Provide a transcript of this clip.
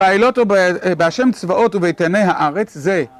בעילות ובאשם צבאות וביתני הארץ זה.